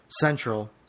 Central